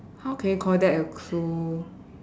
how can you call that a clue